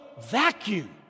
vacuum